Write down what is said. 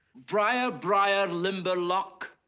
briar, briar, limberlock,